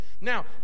Now